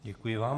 Děkuji vám.